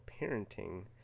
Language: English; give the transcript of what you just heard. parenting